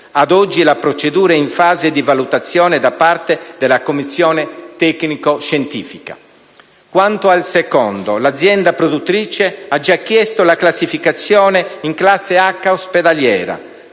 ad oggi la procedura è in fase di valutazione da parte della commissione tecnico-scientifica; per il secondo, l'azienda produttrice ha già chiesto la classificazione in classe H ospedaliera,